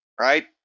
right